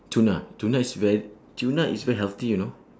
tuna tuna is ver~ tuna is very healthy you know